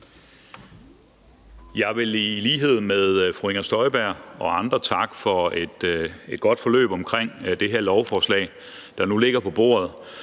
Jeg vil i lighed med fru Inger Støjberg og andre takke for et godt forløb omkring det her lovforslag, der nu ligger på bordet.